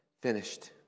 finished